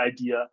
idea